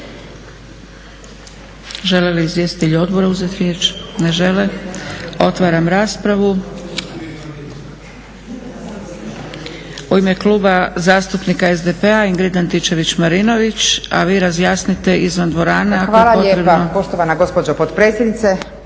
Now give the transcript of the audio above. Hvala lijepa poštovana gospođo potpredsjednice,